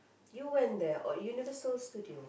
you went there oh Universal Studios